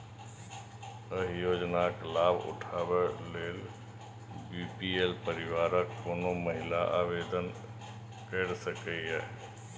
एहि योजनाक लाभ उठाबै लेल बी.पी.एल परिवारक कोनो महिला आवेदन कैर सकैए